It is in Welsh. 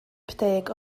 deg